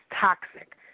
toxic